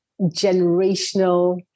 generational